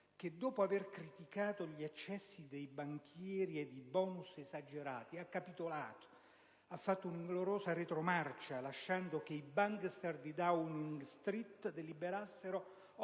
che dopo avere criticato gli eccessi dei banchieri ed i *bonus* esagerati, ha capitolato facendo un'ingloriosa retromarcia e lasciando che i "*bankster*" di Downing Street deliberassero